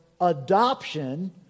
adoption